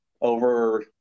over